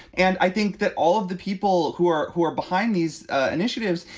and i think that all of the people who are who are behind these initiatives,